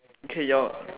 K your